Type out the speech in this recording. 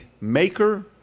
maker